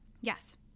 Yes